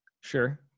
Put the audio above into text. Sure